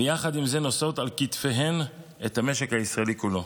ויחד עם זה נושאות על כתפיהן את המשק הישראלי כולו.